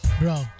Bro